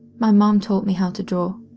my mom taught me how to draw.